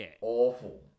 awful